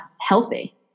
healthy